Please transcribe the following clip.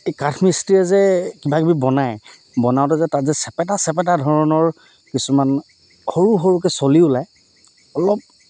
এই কাঠ মিস্ত্ৰীয়ে যে কিবাকিবি বনায় বনাওঁতে যে তাত যে চেপেটা চেপেটা ধৰণৰ কিছুমান সৰু সৰুকৈ চলি ওলায় অলপ